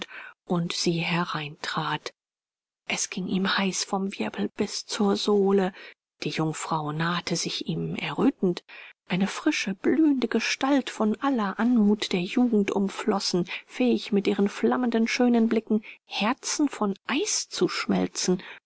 und sie hereintrat es ging ihm heiß vom wirbel bis zur sohle die jungfrau nahte sich ihm errötend eine frische blühende gestalt von aller anmut der jugend umflossen fähig mit ihren flammenden schönen blicken herzen von eis zu schmelzen